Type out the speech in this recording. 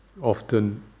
often